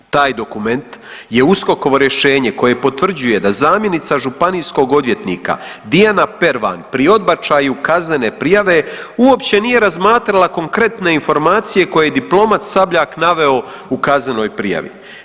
Taj dokument je USKOK-ovo rješenje koje potvrđuje da zamjenica županijskog odvjetnika Dijana Pervan pri odbačaju kaznene prijave uopće nije razmatrala konkretne informacije koje je diplomat Sabljak naveo u kaznenoj prijavi.